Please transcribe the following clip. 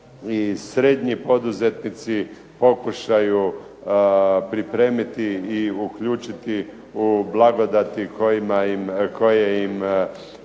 srednji poduzetnici pokušaju pripremiti i uključiti u blagodati koje im